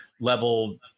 level